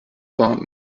war